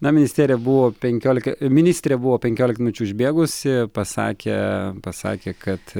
na ministerija buvo penkiolika ministrė buvo penkiolika minučių užbėgusi pasakė pasakė kad